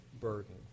burden